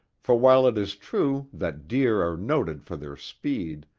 for while it is true that deer are noted for their speed,